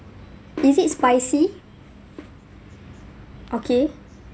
is it spicy okay